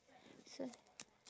so